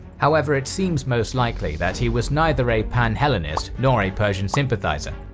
however, it seems most likely that he was neither a panhellenist nor a persian sympathizer.